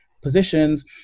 positions